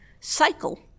cycle